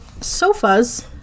sofas